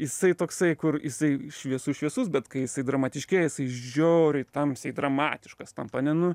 jisai toksai kur jisai šviesus šviesus bet kai jisai dramatiškėja jisai žiauriai tamsiai dramatiškas tampa ane nu